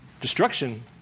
destruction